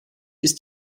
ist